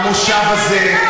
במושב הזה,